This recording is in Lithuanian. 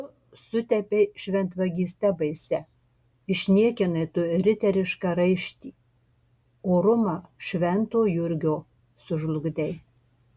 tu sutepei šventvagyste baisia išniekinai tu riterišką raištį orumą švento jurgio sužlugdei